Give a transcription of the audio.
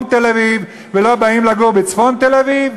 תל-אביב ולא באים לגור בצפון תל-אביב?